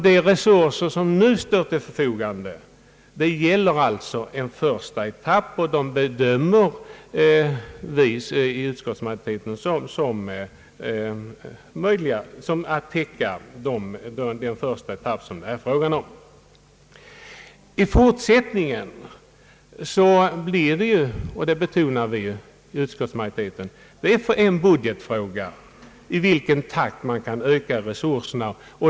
De resurser som nu står till förfogande bedömer vi 1 utskottsmajoriteten vara tillräckliga för att täcka den första etapp som det här gäller. I fortsättningen blir det ju — och det betonar vi i utskottsmajoriteten — en budgetfråga i vilken takt man kan öka resurserna.